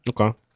Okay